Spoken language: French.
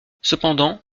cependant